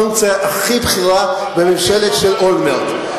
פונקציה הכי בכירה בממשלה של אולמרט.